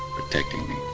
protecting